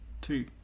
Two